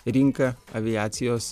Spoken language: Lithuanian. rinka aviacijos